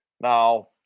Now